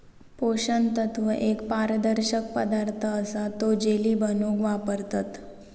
पोषण तत्व एक पारदर्शक पदार्थ असा तो जेली बनवूक वापरतत